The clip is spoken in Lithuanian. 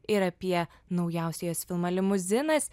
ir apie naujausią jos filmą limuzinais